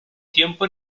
tiempo